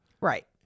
right